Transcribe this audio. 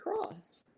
Cross